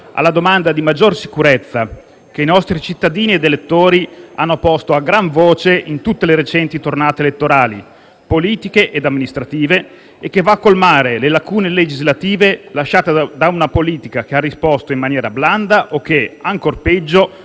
alla domanda di maggiore sicurezza che i nostri cittadini ed elettori hanno posto a gran voce in tutte le recenti tornate elettorali, politiche ed amministrative e che va a colmare le lacune legislative lasciate da una politica che ha risposto in maniera blanda o che, ancor peggio,